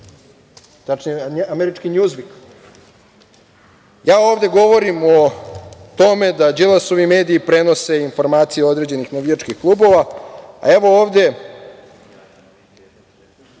tačnije američki "Njuzvik", ja ovde govorim o tome da Đilasovi mediji prenose informacije određenih navijačkih klubova. Evo, ovde